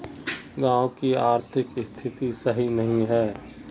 गाँव की आर्थिक स्थिति सही नहीं है?